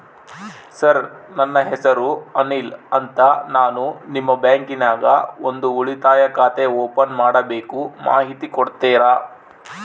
Sir ನನ್ನ ಹೆಸರು ಅನಿಲ್ ಅಂತ ನಾನು ನಿಮ್ಮ ಬ್ಯಾಂಕಿನ್ಯಾಗ ಒಂದು ಉಳಿತಾಯ ಖಾತೆ ಓಪನ್ ಮಾಡಬೇಕು ಮಾಹಿತಿ ಕೊಡ್ತೇರಾ?